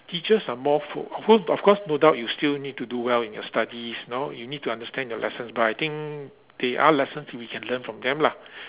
teachers are more f~ of course of course no doubt you still need to do well in your studies you know you need to understand your lessons but I think there are lessons we can learn from them lah